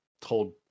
told